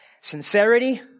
Sincerity